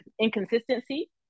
inconsistency